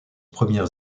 premières